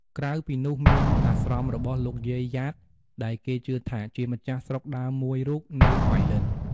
ក្រៅពីនោះមានអាស្រមរបស់លោកយាយយ៉ាតដែលគេជឿថា ជាម្ចាស់ស្រុកដើមមួយរូបនៅប៉ៃលិន។